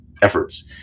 efforts